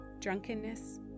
drunkenness